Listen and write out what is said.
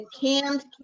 canned